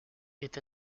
est